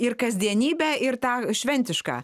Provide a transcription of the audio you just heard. ir kasdienybę ir tą šventišką